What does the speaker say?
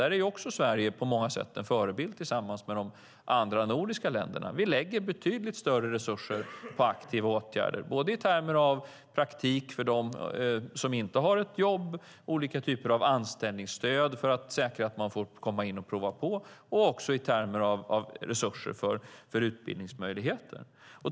Där är Sverige på många sätt en förebild tillsammans med de andra nordiska länderna. Vi lägger betydligt större resurser på aktiva åtgärder, både i termer av praktik för dem som inte har ett jobb och olika typer av anställningsstöd för att säkra att man ska kunna prova på och i termer av resurser för utbildning.